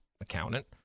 accountant